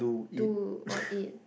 do or eat